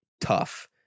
tough